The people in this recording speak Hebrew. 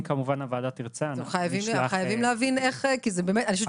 אם הוועדה תרצה, אנחנו נשלח.